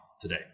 today